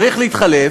צריך להתחלף,